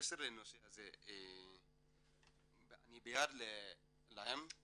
בקשר לנושא הזה, אני בעדם כי